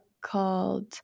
called